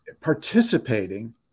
participating